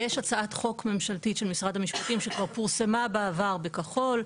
יש הצעת חוק ממשלתית של משרד המשפטים שכבר פורסמה בעבר בכחול,